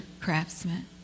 craftsman